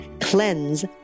CLEANSE